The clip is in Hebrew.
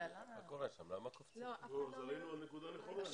נו, אז עלינו על נקודה נכונה.